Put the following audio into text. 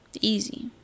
easy